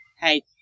hey